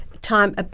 time